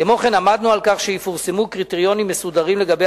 כמו כן עמדנו על כך שיפורסמו קריטריונים מסודרים לגבי